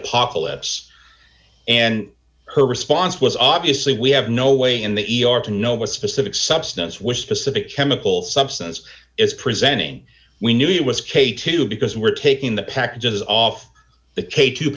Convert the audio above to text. apocalypse and her response was obviously we have no way in the e r to know what specific substance which specific chemical substance is presenting we knew it was katie too because we're taking the packages off the k two